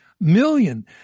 million